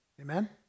Amen